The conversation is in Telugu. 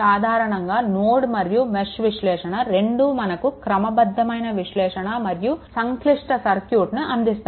సాధారణంగా నోడల్ మరియు మెష్ విశ్లేషణ రెండు మనకు క్రమబద్ధమైన విశ్లేషణ మరియు సంక్లిష్ట సర్క్యూట్ను అందిస్తాయి